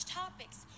topics